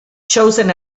chosen